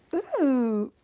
ooh,